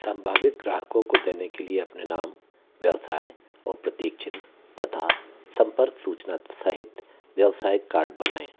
सम्भावित ग्राहकों को देने के लिए अपने नाम व्यवसाय और प्रतीक चिन्ह तथा सम्पर्क सूचना सहित व्यावसायिक कार्ड बनाएँ